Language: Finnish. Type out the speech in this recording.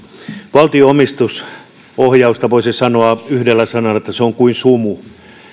valtion omistusohjauksesta voisi sanoa yhdellä sanalla että se on kuin sumu